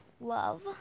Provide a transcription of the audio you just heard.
love